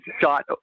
shot